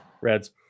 Reds